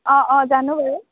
অঁ অঁ জানো বাৰু